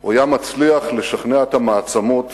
הוא היה מצליח לשכנע את המעצמות